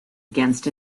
against